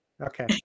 Okay